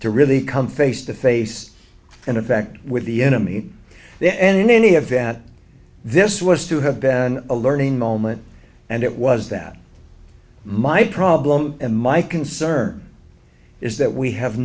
to really come face to face and in fact with the enemy and in any of that this was to have been a learning moment and it was that my problem and my concern is that we have